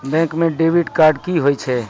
Bank म debit card की होय छै?